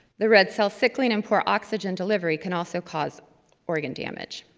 the red cell sickling and poor oxygen delivery can also cause organ damage.